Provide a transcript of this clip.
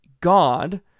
God